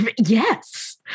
yes